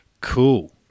Cool